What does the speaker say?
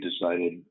decided